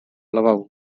lavabo